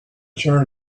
jar